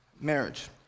marriage